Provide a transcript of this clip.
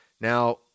Now